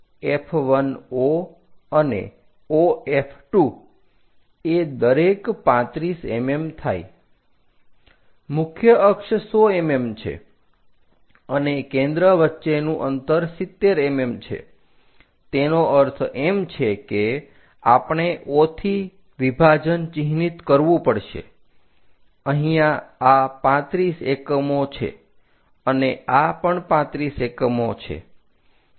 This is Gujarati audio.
મુખ્ય અક્ષ 100 mm છે અને કેન્દ્ર વચ્ચેનું અંતર 70 mm છે તેનો અર્થ એમ છે કે આપણે O થી વિભાજન ચિહ્નિત કરવું પડશે અહીંયા આ 35 એકમો છે અને આ પણ 35 એકમો છે